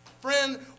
Friend